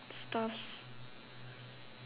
stuffs